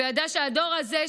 הוא ידע שהדור הזה,